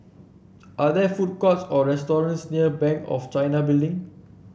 are there food courts or restaurants near Bank of China Building